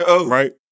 Right